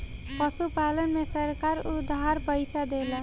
पशुपालन में सरकार उधार पइसा देला?